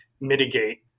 mitigate